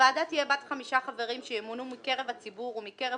הוועדה תהיה בת חמישה חברים שימונו מקרב הציבור ומקרב